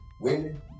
Women